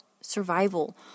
survival